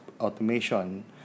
automation